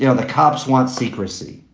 you know the cops want secrecy.